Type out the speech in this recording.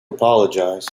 apologize